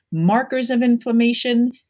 markers of inflammation,